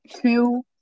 two